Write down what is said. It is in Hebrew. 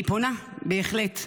אני פונה, בהחלט,